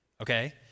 Okay